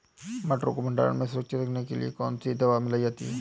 मटर को भंडारण में सुरक्षित रखने के लिए कौन सी दवा मिलाई जाती है?